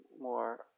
more